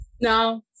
no